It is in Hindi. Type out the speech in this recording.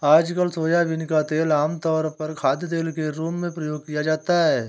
आजकल सोयाबीन का तेल आमतौर पर खाद्यतेल के रूप में प्रयोग किया जाता है